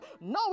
Now